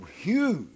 huge